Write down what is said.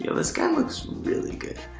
yeah this guy looks really good.